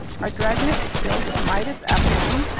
our dragnet was filled with midas abalone,